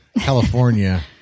California